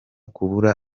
kubura